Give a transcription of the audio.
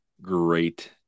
Great